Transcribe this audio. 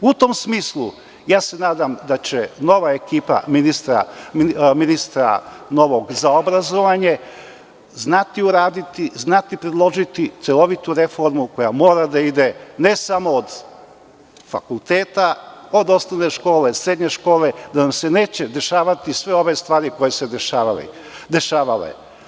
U tom smislu, nadam se da će nova ekipa novog ministra za obrazovanje znati uraditi, znati predložiti celovitu reformu koja mora da ide, ne samo od fakulteta, od osnovne škole, srednje škole, da nam se ne dešavaju sve ove stvari koje su se dešavale.